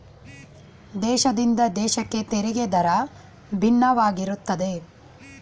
ದೇಶದಿಂದ ದೇಶಕ್ಕೆ ತೆರಿಗೆ ದರ ಭಿನ್ನವಾಗಿರುತ್ತದೆ